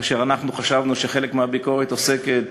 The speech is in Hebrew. כאשר אנחנו חשבנו שחלק מהביקורת עוסקת